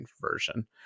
version